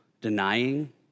denying